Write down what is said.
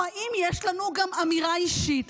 או האם יש לנו גם אמירה אישית?